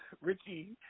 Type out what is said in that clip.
Richie